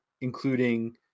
including